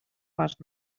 les